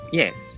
yes